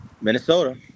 Minnesota